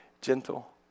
gentle